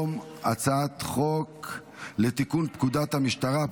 ההצעה להעביר את הצעת חוק הגנת הצרכן (תיקון,